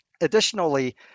Additionally